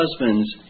husbands